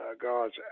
God's